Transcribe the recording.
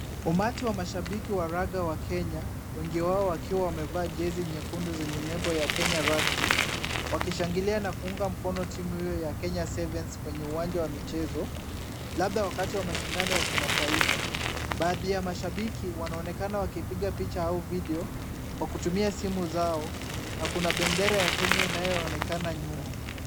Umati wa mashabiki wa raga ya Kenya, wengi wao wakiwa wamevaa jezi nyekundu zenye nembo ya Kenya Rugby wakishangilia na kuunga mkono timu hiyo ya Kenya 7s kwenye uwanja wa michezo, labda wakati wa mashindano ya kimataifa. Baadhi ya mashabiki, wanaonekana wakipiga picha au video kwa kutumia simu zao na kuna bendera ya Kenya inayoonekana nyuma.